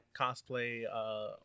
cosplay